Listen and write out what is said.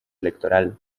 electoral